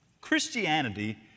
Christianity